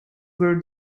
were